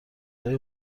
های